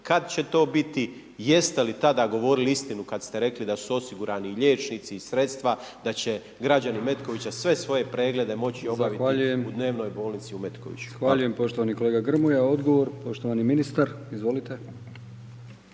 Kad će to biti? Jeste li tada govorili istinu kad ste rekli da si osigurani liječnici i sredstva, da će građani Metkovića sve svoje preglede moći obaviti u dnevnoj bolnici u Metkoviću? **Brkić, Milijan (HDZ)** Zahvaljujem poštovani kolega Grmoja. Odgovor poštovani ministar. Izvolite.